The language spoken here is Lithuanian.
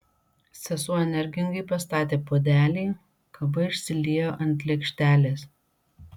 sesuo energingai pastatė puodelį kava išsiliejo ant lėkštelės